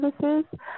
services